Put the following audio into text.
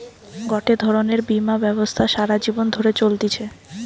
গটে ধরণের বীমা ব্যবস্থা সারা জীবন ধরে চলতিছে